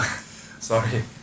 sorry